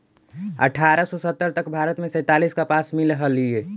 अट्ठारह सौ सत्तर तक भारत में सैंतालीस कपास मिल हलई